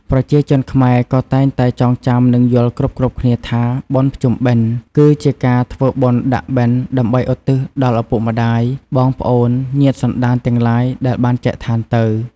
ប្រជាជនខែ្មក៏តែងតែចងចាំនិងយល់គ្រប់ៗគ្នាថា “បុណ្យភ្ជុំបិណ្យ” គឺជាការធ្វើបុណ្យដាក់បិណ្ឌដើម្បីឧទ្ទិសដល់ឪពុក ម្តាយ បងប្អូន ញាតិសន្តានទាំងឡាយ ដែលបានចែកឋានទៅ។